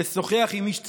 לשוחח עם איש צוות.